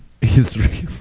Israel